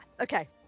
okay